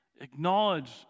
Acknowledge